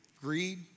greed